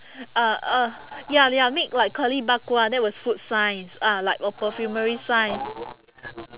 uh uh ya ya make like curly bak kwa that was food science ah like uh perfumery science